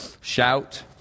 shout